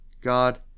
God